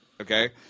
Okay